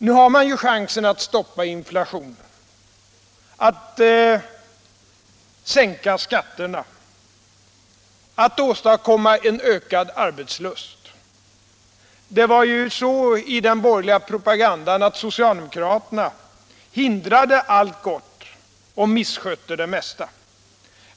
Nu har de chansen att stoppa inflationen, sänka skatterna och åstadkomma en ökad arbetslust. Det sades också i den borgerliga propagandan att socialdemokraterna hindrade allt gott och misskötte det mesta.